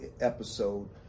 episode